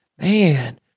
man